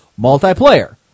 multiplayer